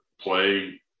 play